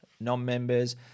non-members